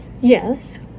yes